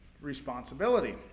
responsibility